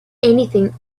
anything